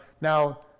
Now